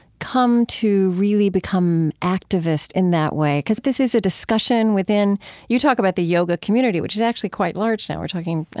come to really become activist in that way? because this is a discussion within you talk about the yoga community, which is actually quite large now. we're talking, i